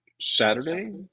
Saturday